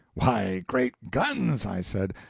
why, great guns, i said,